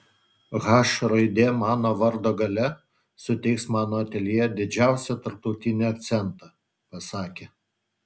h raidė mano vardo gale suteiks mano ateljė didžiausią tarptautinį akcentą pasakė